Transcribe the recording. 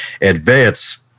advance